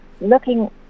looking